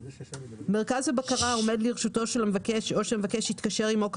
מרכז הבקרה העומד לרשותו של המבקש או שהמבקש התקשר עמו,